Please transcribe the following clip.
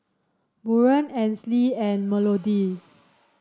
Buren Ansley and Melodee